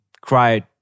cried